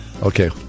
okay